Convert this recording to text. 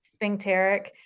sphincteric